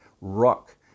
rock